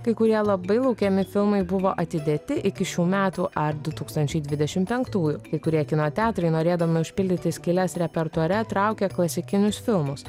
kai kurie labai laukiami filmai buvo atidėti iki šių metų ar du tūkstančiai dvidešimt penktųjų kai kurie kino teatrai norėdami užpildyti skyles repertuare traukė klasikinius filmus